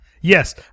Yes